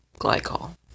glycol